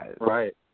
Right